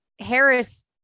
Harris